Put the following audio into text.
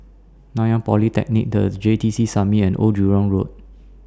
Nanyang Polytechnic The J T C Summit and Old Jurong Road